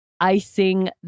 icing